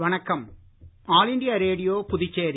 வணக்கம் All India Radio Puducherry